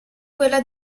quella